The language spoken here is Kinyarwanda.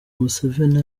museveni